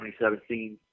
2017